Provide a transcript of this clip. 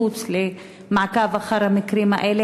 חוץ ממעקב אחר המקרים האלה,